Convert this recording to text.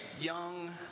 young